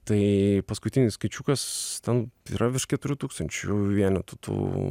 tai paskutinis skaičiukas ten yra virš keturių tūkstančių vienetų tų